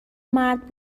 مرد